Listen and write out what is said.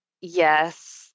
Yes